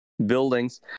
buildings